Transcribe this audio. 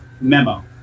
memo